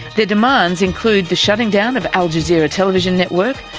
the demands include the shutting down of al jazeera television network,